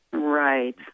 Right